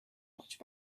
much